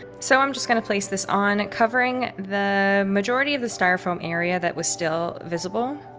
so i'm just going to place this on covering the majority of the styrofoam area that was still visible.